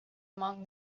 among